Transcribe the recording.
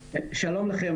תודה.